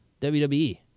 wwe